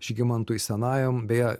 žygimantui senajam beje